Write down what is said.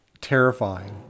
terrifying